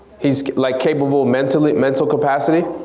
he's like capable mentally, mental capacity?